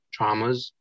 traumas